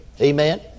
Amen